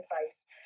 advice